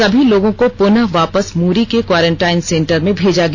सभी लोगों को पुनः वापस मूरी के कोरेन्टाइन सेंटर में भेजा गया